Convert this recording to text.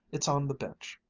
it's on the bench.